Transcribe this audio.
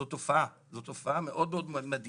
זאת תופעה, זאת תופעה מאוד מאוד מדאיגה.